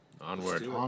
Onward